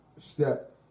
step